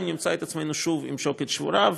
נמצא את עצמנו שוב בפני שוקת שבורה.